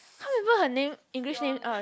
can't remember her name English name uh